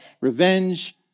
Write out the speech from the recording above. revenge